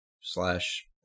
Slash